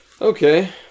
Okay